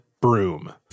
broom